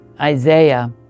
Isaiah